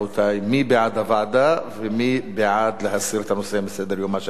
מי בעד לדון בוועדה ומי בעד להסיר את הנושא מסדר-יומה של הכנסת?